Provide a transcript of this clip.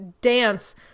dance